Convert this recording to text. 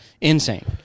Insane